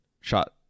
shot